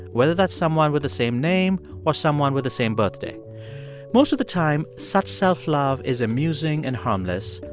whether that's someone with the same name or someone with the same birthday most of the time, such self-love is amusing and harmless,